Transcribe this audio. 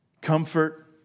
Comfort